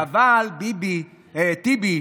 אבל, ביבי, אה, טיבי,